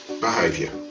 behavior